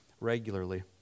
regularly